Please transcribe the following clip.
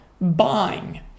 buying